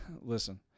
listen